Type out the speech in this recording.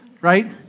right